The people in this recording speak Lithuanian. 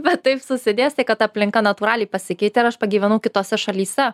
bet taip susidėstė kad aplinka natūraliai pasikeitė ir aš pagyvenau kitose šalyse